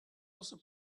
also